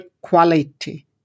quality